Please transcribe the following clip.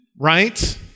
Right